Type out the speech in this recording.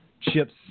chips